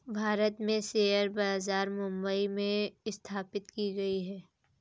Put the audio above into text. भारत में शेयर बाजार मुम्बई में स्थापित की गयी है